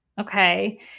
Okay